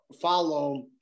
follow